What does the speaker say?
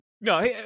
No